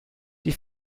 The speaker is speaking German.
die